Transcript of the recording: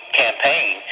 campaign